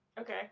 Okay